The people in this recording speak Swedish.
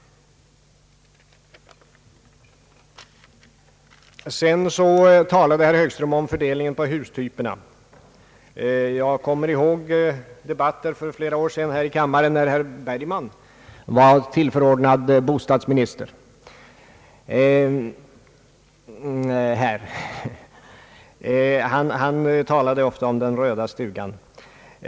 Därjämte talade herr Högström om fördelningen på hustyperna. Jag kommer ihåg debatten här i kammaren för flera år sedan, när herr Bergman var »tillförordnad bostadsminister». Han talade ofta om »den röda stugan».